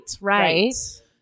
right